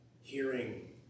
hearing